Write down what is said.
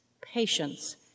patience